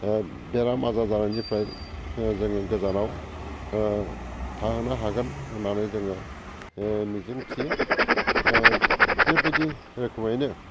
बेराम आजार जानायनिफ्राय जोङो गोजानाव थाहोनो हागोन होननानै जोङो मिजिं थियो बेबायदि रोखोमैनो